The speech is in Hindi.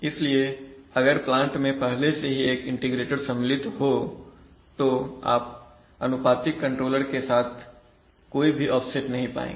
इसलिए अगर प्लांट में पहले से ही एक इंटीग्रेटर सम्मिलित हो तो आप अनुपातिक कंट्रोलर के साथ भी कोई ऑफसेट नहीं पाएंगे